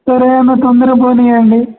సరే అన్నా తొందరగా పోనీయండి